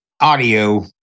audio